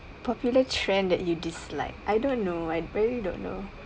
popular trend that you dislike I don't know I really don't know